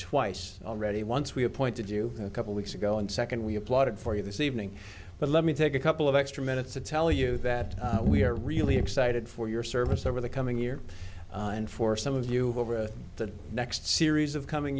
twice already once we appointed you a couple weeks ago and second we applauded for you this evening but let me take a couple of extra minutes to tell you that we are really excited for your service over the coming year and for some of you over the next series of coming